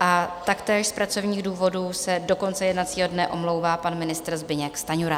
a taktéž z pracovních důvodů se do konce jednacího dne omlouvá pan ministr Zbyněk Stanjura.